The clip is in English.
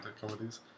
comedies